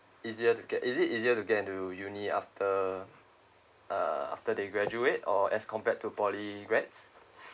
easier to get is it easier to get into uni after uh after they graduate or as compared to poly grads